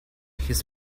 his